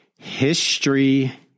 History